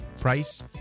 price